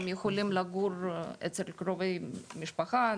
הם יכולים לגור אצל קרובי משפחה,